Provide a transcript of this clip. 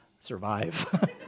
survive